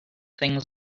things